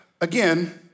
again